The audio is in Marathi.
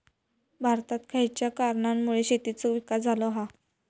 भारतात खयच्या कारणांमुळे शेतीचो विकास झालो हा?